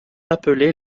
appelés